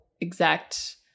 exact